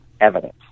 evidence